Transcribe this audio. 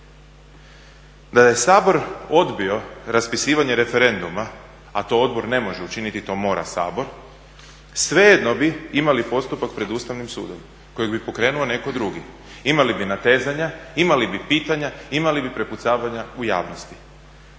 Da je Sabor odbio raspisivanje referenduma, a to odbor ne može učiniti to mora Sabor, svejedno bi imali postupak pred Ustavnim sudom koji bi pokrenuo netko drugi, imali bi natezanja, imali bi pitanja, imali bi prepucavanja u javnosti.